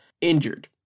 injured